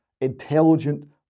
intelligent